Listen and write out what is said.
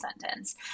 sentence